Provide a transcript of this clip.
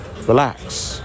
Relax